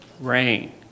rain